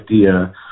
idea